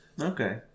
Okay